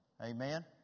Amen